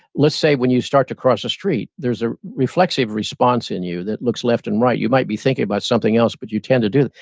let's say, when you start to cross the street, there's a reflexive response in you that looks left and right. you might be thinking about something else but you tend to do that,